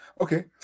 Okay